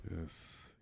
Yes